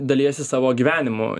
dalijasi savo gyvenimu